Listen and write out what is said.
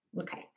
Okay